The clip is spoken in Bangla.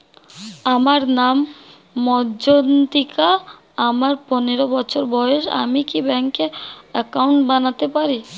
আমার নাম মজ্ঝন্তিকা, আমার পনেরো বছর বয়স, আমি কি ব্যঙ্কে একাউন্ট বানাতে পারি?